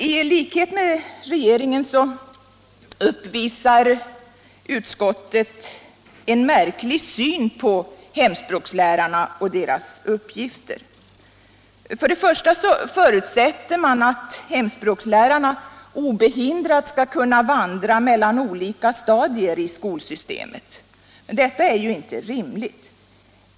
I likhet med regeringen har utskottet en märklig syn på hemspråkslärarna och deras uppgifter. För det första förutsätter utskottet att hemspråkslärarna obehindrat skall kunna vandra mellan olika stadier i skolsystemet. Detta är inte rimligt.